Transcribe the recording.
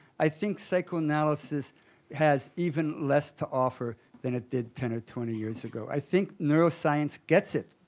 i think psychoanalysis has even less to offer than it did ten or twenty years ago. i think neuroscience gets it.